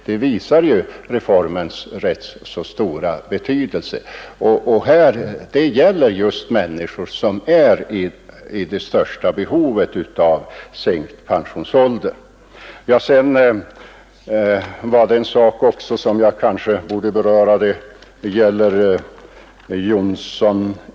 Det visar reformens stora betydelse. Detta gäller just de människor som är i stort behov av sänkt pensionsålder.